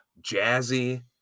Jazzy